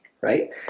right